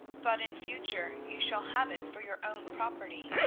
but in future you shall have it for your own property.